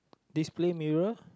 display mirror